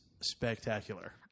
spectacular